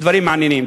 דברים מעניינים.